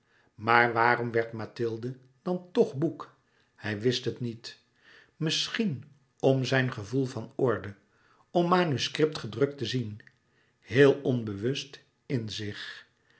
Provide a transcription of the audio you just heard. maar waarom werd mathilde dan toch boek hij wist het niet misschien om zijn gevoel van orde om manuscript gedrukt te zien heel onbewust in zich